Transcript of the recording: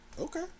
Okay